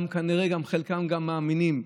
כנראה חלקם גם מאמינים,